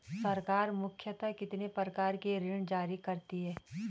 सरकार मुख्यतः कितने प्रकार के ऋण जारी करती हैं?